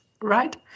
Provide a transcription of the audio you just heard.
right